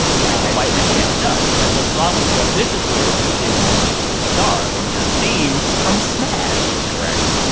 white but white men can't jump. and the song that you auditioned with is let me be your star, one of the themes from smash. that is correct.